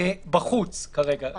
בחוץ כרגע.